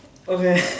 okay